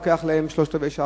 לוקח להם שלושת-רבעי שעה,